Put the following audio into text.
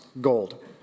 gold